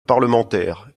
parlementaire